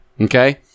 Okay